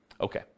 Okay